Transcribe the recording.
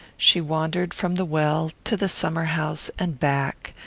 she wandered from the well to the summer-house and back,